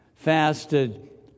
fasted